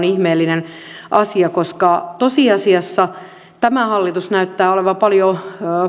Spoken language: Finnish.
ihmeellinen asia koska tosiasiassa tämä hallitus näyttää olevan paljon